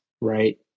right